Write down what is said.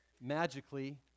magically